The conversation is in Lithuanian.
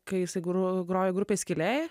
kai jis gro groja grupėj skylė